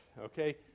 Okay